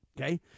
Okay